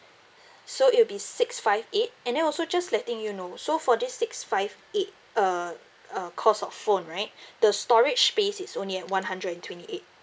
so it'll be six five eight and then also just letting you know so for this six five eight uh uh cost of phone right the storage space is only at one hundred and twenty eight